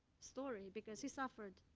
story, because he suffered.